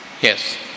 Yes